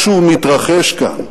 משהו מתרחש כאן.